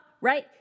right